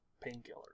Painkiller